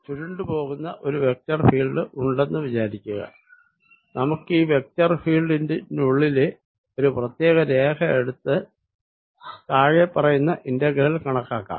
ചുരുണ്ടു പോകുന്ന ഒരു vector field ഉണ്ടെന്നു വിചാരിക്കുക നമുക്കീ വെക്ടർ ഫീൽഡിനുള്ളിലെ ഒരു പ്രത്യേക രേഖ എടുത്ത് താഴെപ്പറയുന്ന ഇന്റഗ്രൽ കണക്കാക്കാം